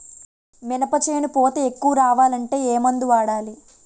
మినప చేను పూత ఎక్కువ రావాలి అంటే ఏమందు వాడాలి?